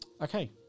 Okay